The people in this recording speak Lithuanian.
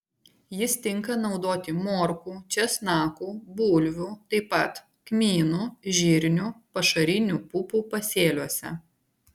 jis tinka naudoti morkų česnakų bulvių taip pat kmynų žirnių pašarinių pupų pasėliuose